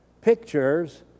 Pictures